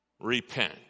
repent